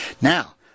Now